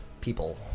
people